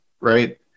right